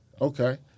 Okay